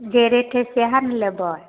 जे रेट हइ सएह ने लेबै